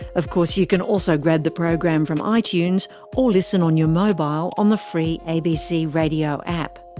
of course, you can also grab the program from ah itunes or listen on your mobile on the free abc radio app.